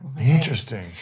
Interesting